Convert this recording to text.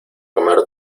comer